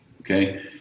okay